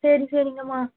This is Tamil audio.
சரி சரிங்கமா